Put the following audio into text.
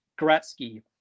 Gretzky